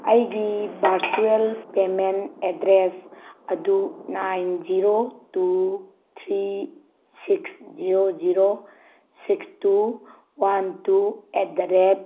ꯑꯩꯒꯤ virtual payment address ꯑꯗꯨ nine zero two three six zero zero six two one two at the rate